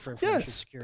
Yes